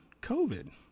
COVID